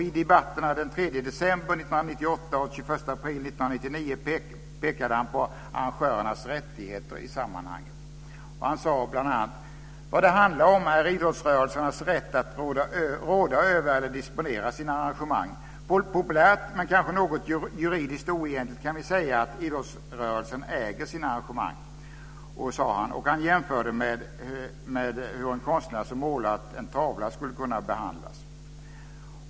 I debatterna den 3 december 1998 och den 21 april 1999 pekade han på arrangörernas rättigheter i sammanhanget: "Vad det handlar om är idrottsarrangörernas rätt att råda över eller disponera sina arrangemang. Populärt men kanske något juridiskt oegentligt kan vi säga att idrottsrörelsen äger sina arrangemang", sade han och jämförde med hur en konstnär som målar en tavla skulle kunna behandlas.